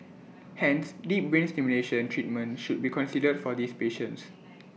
hence deep brain stimulation treatment should be considered for these patients